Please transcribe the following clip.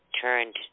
turned